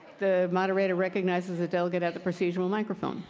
the moderator recognizes the delegate at the procedural microphone.